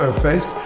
ah face.